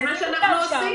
זה מה שאנחנו עושים.